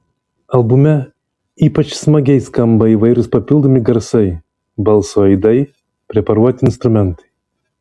albume ypač smagiai skamba įvairūs papildomi garsai balso aidai preparuoti instrumentai